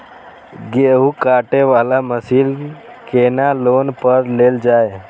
गेहूँ काटे वाला मशीन केना लोन पर लेल जाय?